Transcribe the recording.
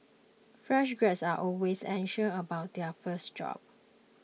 fresh graduates are always anxious about their first job